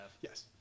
Yes